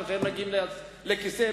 כשהם מגיעים לכיסא,